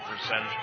percentage